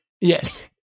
yes